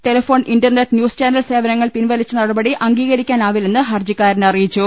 telephone internet news channel സേവനങ്ങൾ പിൻവലിച്ച നടപടി അംഗീകരിക്കാനാവില്ലെന്ന് ഹർജിക്കാരൻ അറി യിച്ചു